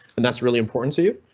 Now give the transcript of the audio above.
and that's really important to you,